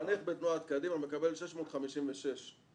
חניך בתנועת קדימה מקבל 656 לפי הנתונים שלי.